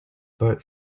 but